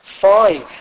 Five